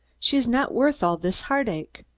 she's not worth all this heartache.